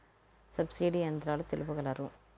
Subsidy యంత్రాలు తెలుపగలరు?